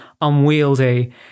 unwieldy